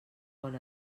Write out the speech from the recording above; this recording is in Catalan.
bon